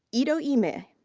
yeah udo-imeh.